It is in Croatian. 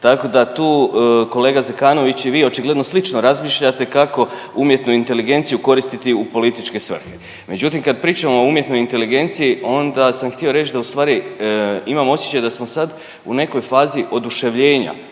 Tako da tu kolega Zekanović i vi očigledno slično razmišljate kako umjetnu inteligenciju koristiti u političke svrhe. Međutim, kad pričamo o umjetnoj inteligenciji onda sam htio reći da ustvari imam osjećaj da smo sad u nekoj fazi oduševljenja